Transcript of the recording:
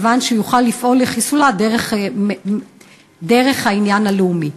כיוון שהוא יוכל לפעול לחיסולה של המדינה דרך העניין הלאומי.